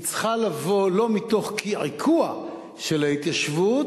היא צריכה לבוא לא מתוך קעקוע של ההתיישבות,